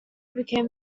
became